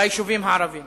ביישובים הערביים.